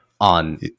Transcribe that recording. on